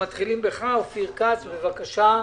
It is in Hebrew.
אופיר כץ, בבקשה.